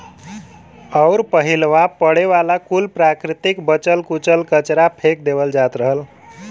अउर पहिलवा पड़े वाला कुल प्राकृतिक बचल कुचल कचरा फेक देवल जात रहल